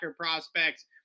prospects